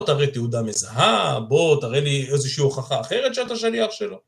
בוא תראה תעודה מזהה, בוא תראה לי איזושהי הוכחה אחרת שאתה שליח שלו